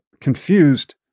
confused